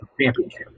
championship